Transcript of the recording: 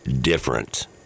different